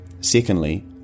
Secondly